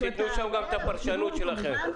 ותיתנו גם את הפרשנות שלכם.